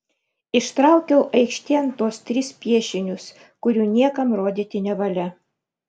ištraukiu aikštėn tuos tris piešinius kurių niekam rodyti nevalia